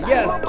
Yes